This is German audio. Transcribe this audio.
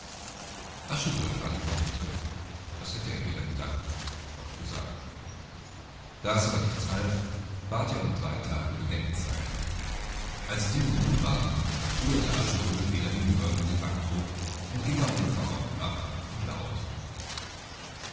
aschenbrödel antwortete das hätte er weder gedacht noch gesagt da es aber nichts half bat er um drei tage bedenkzeit als die nun um waren ruderte aschenbrödel wieder hinüber in dem backtrog und ging am ufer auf und ab und lauerte